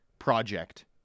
project